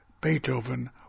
Beethoven